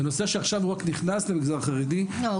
זה נושא שעכשיו הוא רק נכנס למגזר החרדי --- לא,